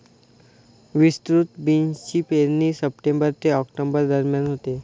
विस्तृत बीन्सची पेरणी सप्टेंबर ते ऑक्टोबर दरम्यान होते